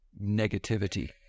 negativity